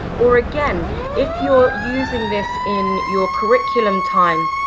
or again if you're using this in your curriculum time,